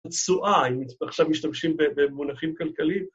‫התשואה, אם עכשיו משתמשים ‫במונחים כלכליים.